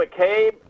McCabe